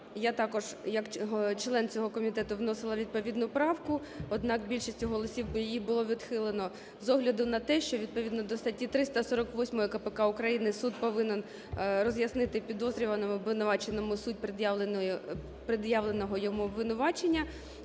я також як член цього комітету вносила відповідну правку, однак більшістю голосів її було відхилено з огляду на те, що відповідно до статті 348 КПК України суд повинен роз'яснити підозрюваному/обвинуваченому суть пред'явленого йому обвинувачення.